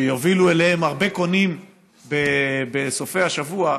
שיוביל אליהם הרבה קונים בסופי השבוע,